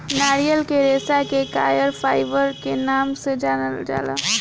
नारियल के रेशा के कॉयर फाइबर के नाम से जानल जाला